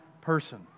person